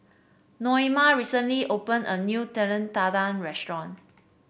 Naoma recently open a new Telur Dadah Restaurant